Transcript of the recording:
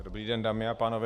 Dobrý den, dámy a pánové.